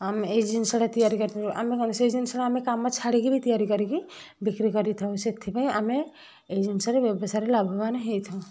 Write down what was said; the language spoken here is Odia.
ଆମେ ଏଇ ଜିନଷଟା ତିଆରି କରିପାରିବୁ ଆମେ କ'ଣ ସେଇ ଜିନଷ କାମ ଛାଡ଼ିକି ବି ତିଆରି କରିକି ବିକ୍ରି କରିଥାଉ ସେଥିପାଇଁ ଆମେ ଏଇ ଜିନିଷରେ ବ୍ୟବସାୟରେ ଲାଭବାନ ହେଇଥାଉ